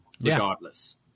regardless